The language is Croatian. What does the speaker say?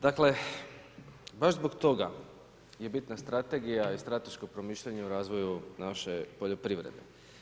Dakle baš zbog toga je bitna strategija i strateško promišljanje o razvoju naše poljoprivrede.